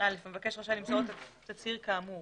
המבקש רשאי למסור את התצהיר כאמור